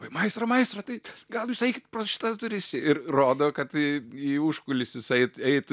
oi maestro maestro tai gal jūs eikit pro šitas duris čia ir rodo kad į į užkulisius eit eit